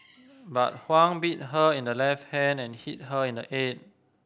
but Huang bit her in the left hand and hit her in the head